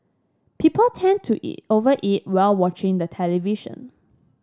people tend to over eat while watching the television